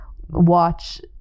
watch